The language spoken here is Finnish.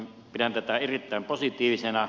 pidän tätä erittäin positiivisena